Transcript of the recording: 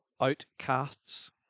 outcasts